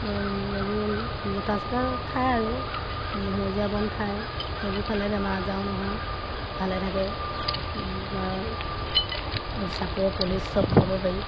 এইবোৰ লতা চতা খায় আৰু সেউজীয়া বন খায় সেইবোৰ খালে বেমাৰ আজাৰো নহয় ভালে থাকে চাপৰ পলিচ চব খুৱাব পাৰি